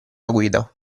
guida